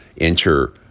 Enter